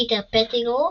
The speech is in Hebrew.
פיטר פטיגרו,